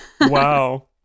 Wow